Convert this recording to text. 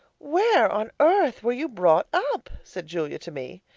where on earth were you brought up said julia to me.